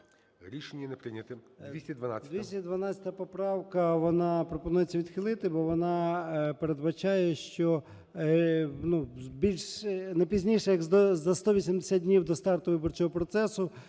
Рішення не прийнято.